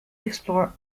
explore